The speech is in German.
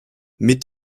mit